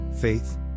faith